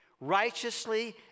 righteously